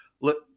Look